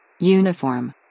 Uniform